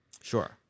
Sure